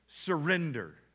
surrender